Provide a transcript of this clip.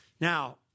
Now